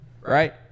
right